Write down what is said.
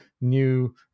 new